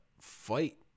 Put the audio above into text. fight